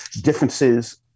differences